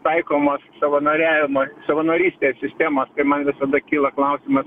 taikomos savanoriavimo savanorystės sistemos man visada kyla klausimas